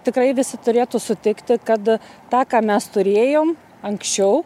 tikrai visi turėtų sutikti kad tą ką mes turėjom anksčiau